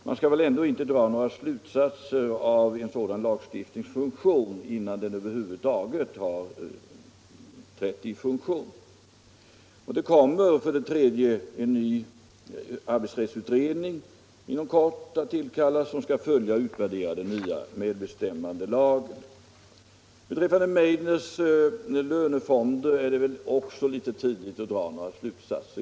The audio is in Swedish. Man skall väl ändå inte dra några slutsatser av en sådan lagstiftningsfunktion innan den över huvud taget har beslutats. Vidare kommer inom kort att tillsättas en ny arbetsrättsutredning, som skall följa och utvärdera den nya medbestämmandelagen. Beträffande Meidners lönefonder är det också litet tidigt att dra några slutsatser.